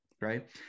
right